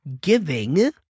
giving